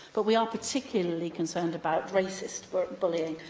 but we are particularly concerned about racist but bullying,